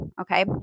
Okay